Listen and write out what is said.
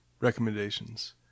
recommendations